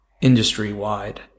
industry-wide